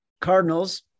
Cardinals